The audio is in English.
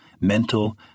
mental